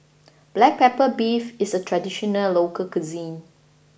Black Pepper Beef is a traditional local cuisine